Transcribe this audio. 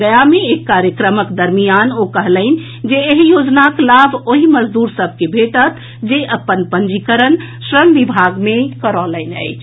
गया मे एक कार्यक्रम के दरमियान ओ कहलनि जे एहि योजनाक लाभ ओहि मजदूर सभ के भेटत जे अपन पंजीकरण श्रम विभाग मे करौलनि अछि